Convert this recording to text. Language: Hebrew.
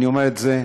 אני אומר את זה,